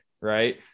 Right